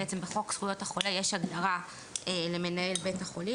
בחוק זכויות החולה יש הגדרה למנהל בית החולים,